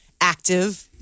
active